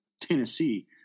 Tennessee